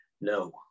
No